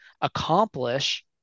accomplish